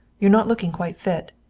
you're not looking quite fit.